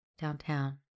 Downtown